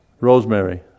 Rosemary